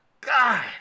God